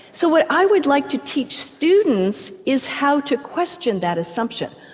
so what i would like to teach students is how to question that assumption.